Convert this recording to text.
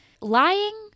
lying